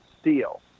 steel